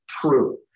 true